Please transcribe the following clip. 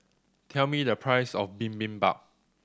tell me the price of Bibimbap